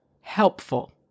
helpful